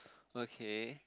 okay